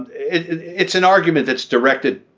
it's an argument that's directed